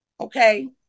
okay